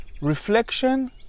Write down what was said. reflection